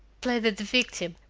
pleaded the victim,